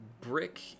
Brick